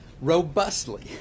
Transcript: robustly